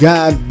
God